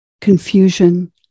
confusion